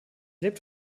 lebt